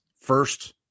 first